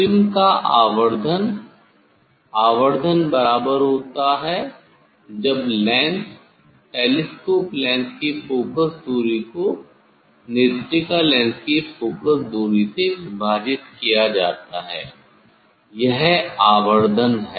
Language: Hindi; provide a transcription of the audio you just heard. प्रतिबिंब का आवर्धन आवर्धन बराबर होता है जब लेंस टेलीस्कोप लेंस की फोकस दूरी को नेत्रिका लेंस की फोकस दूरी से विभाजित किया जाता है यह है आवर्धन